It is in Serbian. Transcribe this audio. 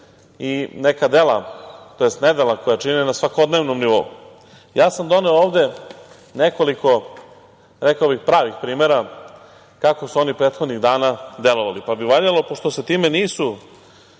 i neka dela, tj. nedela koja čine na svakodnevnom nivou. Ja sam doneo ovde nekoliko pravih primera kako su oni prethodnih dana delovali, pa bi valjalo pošto se time nisu,